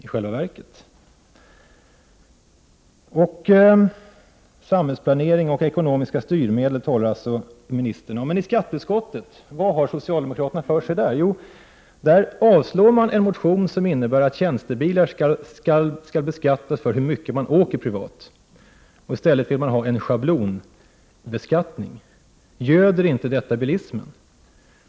Ministern talar om samhällsplanering och ekonomiska styrmedel, men vad har socialdemokraterna för sig i skatteutskottet? Jo, där avstyrker de en motion i vilken föreslås att tjänstebilar skall beskattas efter hur mycket de används privat. I stället vill socialdemokraterna ha en schablonbeskattning. Göder inte detta bilismen?